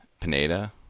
Pineda